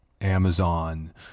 amazon